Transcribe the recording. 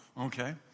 okay